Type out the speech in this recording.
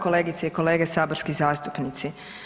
Kolegice i kolege saborski zastupnici.